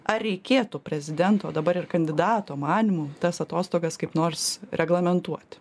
ar reikėtų prezidento dabar ir kandidato manymu tas atostogas kaip nors reglamentuoti